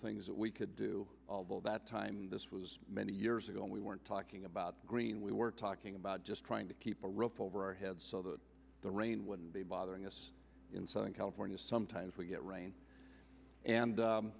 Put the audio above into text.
things that we could do about time this was many years ago we weren't talking about green we weren't talking about just trying to keep a roof over our heads the rain would be bothering us in southern california sometimes we get rain and